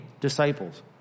disciples